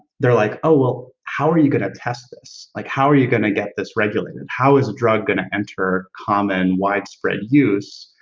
they're like, oh, well, how are you gonna test this? like how are you gonna get this regulated? how is a drug gonna enter common, widespread use